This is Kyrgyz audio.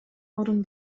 орун